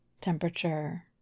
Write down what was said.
temperature